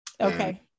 Okay